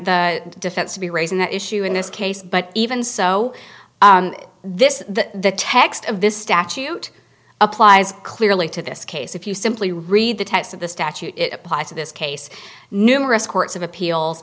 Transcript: the defense to be raising that issue in this case but even so this is the text of this statute applies clearly to this case if you simply read the text of the statute it applies to this case numerous courts of appeals